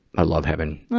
i love having,